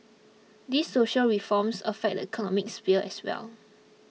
these social reforms affect the economic sphere as well